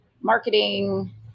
marketing